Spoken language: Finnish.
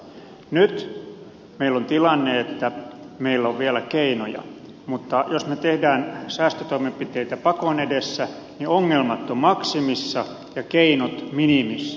nyt meillä on tilanne että meillä on vielä keinoja mutta jos me teemme säästötoimenpiteitä pakon edessä niin ongelmat ovat maksimissa ja keinot minimissä